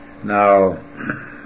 Now